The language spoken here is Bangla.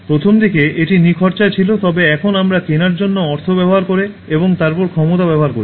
প্রথমদিকে এটি নিখরচায় ছিল তবে এখন আমরা কেনার জন্য অর্থ ব্যবহার করে এবং তারপরে ক্ষমতা ব্যবহার করছি